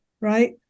right